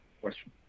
question